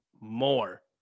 more